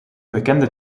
bekende